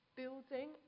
building